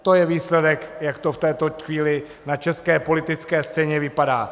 To je výsledek, jak to v této chvíli na české politické scéně vypadá.